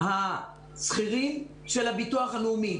מהשכירים של הביטוח הלאומי.